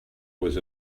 was